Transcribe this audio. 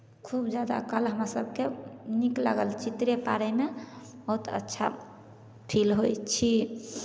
खूब जादा काल हमरा सभके नीक लागल चित्रे पारयमे बहुत अच्छा फील होइ छी